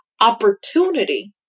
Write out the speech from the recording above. opportunity